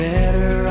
Better